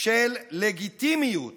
של לגיטימיות